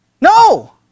No